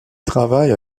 travaille